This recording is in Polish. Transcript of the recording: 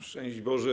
Szczęść Boże!